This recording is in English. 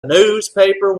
newspaper